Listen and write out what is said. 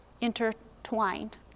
intertwined